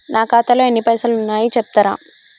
నా ఖాతాలో ఎన్ని పైసలు ఉన్నాయి చెప్తరా?